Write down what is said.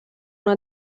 una